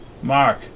Mark